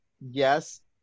Yes